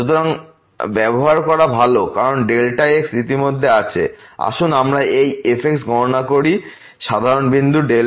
সুতরাং ব্যবহার করা ভাল কারণ ডেল্টা x ইতিমধ্যেই আছে আসুন আমরা এই fx এর গণনা করি সাধারণ বিন্দু x0 এ